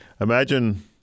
imagine